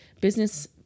business